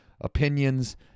opinions